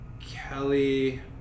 Kelly